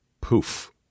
Poof